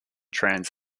trans